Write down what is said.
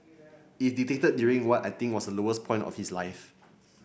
it dictated during what I think was lowest point of his life